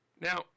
Now